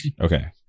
Okay